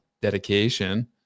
dedication